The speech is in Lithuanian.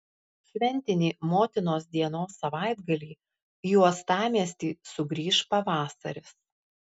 šventinį motinos dienos savaitgalį į uostamiestį sugrįš pavasaris